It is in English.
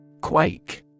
Quake